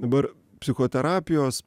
dabar psichoterapijos